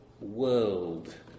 world